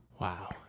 Wow